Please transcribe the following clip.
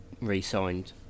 re-signed